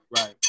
Right